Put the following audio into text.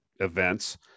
events